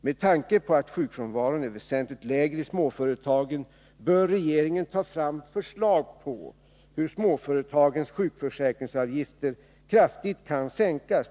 Med tanke på att sjukfrånvaron är väsentligt lägre i småföretagen bör regeringen ta fram förslag på hur småföretagens sjukförsäkringsavgifter kraftigt kan sänkas.